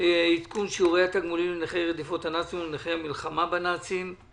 - הצעת צו נכי המלחמה בנאצים (שינוי שיעור התגמולים),